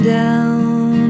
down